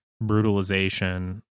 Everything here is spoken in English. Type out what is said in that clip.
brutalization